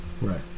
Right